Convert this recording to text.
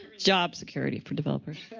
job security for developers.